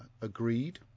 agreed